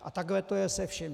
A takhle to je se vším.